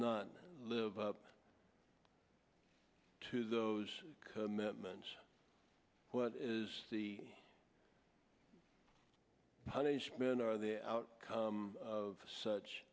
not live up to those commitments what is the punishment or the outcome of such